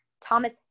Thomas